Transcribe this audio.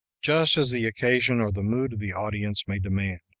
just as the occasion or the mood of the audience may demand.